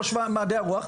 ראש ועד מדעי הרוח,